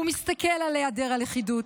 הוא מסתכל על היעדר הלכידות,